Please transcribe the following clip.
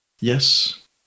Yes